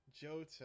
Jota